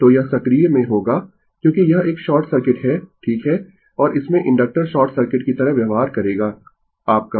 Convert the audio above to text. तो यह सक्रिय में होगा क्योंकि यह एक शॉर्ट सर्किट है ठीक है और इसमें इंडक्टर शॉर्ट सर्किट की तरह व्यवहार करेगा आपका